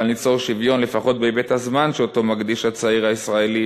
אבל ניצור שוויון לפחות בהיבט הזמן שאותו מקדיש הצעיר הישראלי